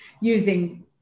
using